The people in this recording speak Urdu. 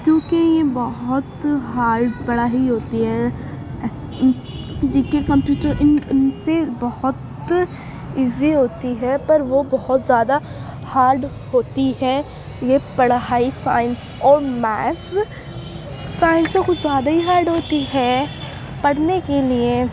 کیونکہ یہ بہت ہارڈ پڑھائی ہوتی ہے جی کے کمپیوٹر ان سے بہت ایزی ہوتی ہے پر وہ بہت زیادہ ہارڈ ہوتی ہے یہ پڑھائی سائنس اور میتھس سائنس تو کچھ زیادہ ہی ہارڈ ہوتی ہے پڑھنے کے لیے